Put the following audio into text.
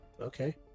Okay